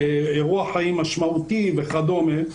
אירוע חיים משמעותי וכדומה,